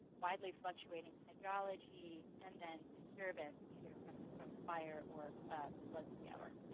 widely fluctuating hydrology, and then disturbance, either from from fire or flood scour.